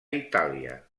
itàlia